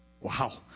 Wow